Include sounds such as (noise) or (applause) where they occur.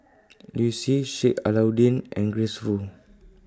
(noise) Liu Si Sheik Alau'ddin and Grace Fu